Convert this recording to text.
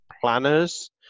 planners